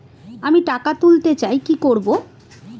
আমি টাকা তুলতে চাই কি করব?